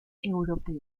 europeo